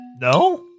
No